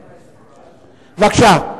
בבקשה.